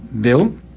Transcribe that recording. Bill